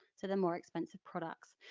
so they're more expensive products.